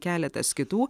keletas kitų